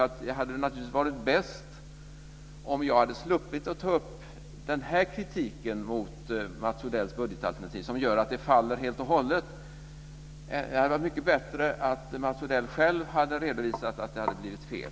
Det hade naturligtvis varit bäst om jag hade sluppit att ta upp den här kritiken mot Mats Odells budgetalternativ som gör att det faller helt och hållet. Det hade varit mycket bättre om Mats Odell själv hade redovisat att det hade blivit fel.